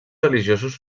religiosos